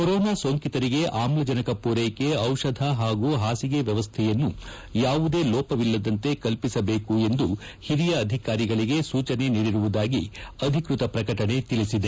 corona ಸೋಂಕಿತರಿಗೆ ಆಮ್ಲಜನಕ ಪೂರೈಕೆ ದಿಷಧ ಹಾಗೂ ಹಾಸಿಗೆ ವ್ಯವಸ್ಥೆಯನ್ನು ಯಾವುದೇ ಲೋಪವಿಲ್ಲದಂತೆ ಕಲ್ಪಿಸಬೇಕು ಎಂದು ಹಿರಿಯ ಅಧಿಕಾರಿಗಳಿಗೆ ಸೂಚನೆ ನೀಡಿರುವುದಾಗಿ ಅಧಿಕೃತ ಪ್ರಕಟಣೆ ತಿಳಿಸಿದೆ